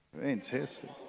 Fantastic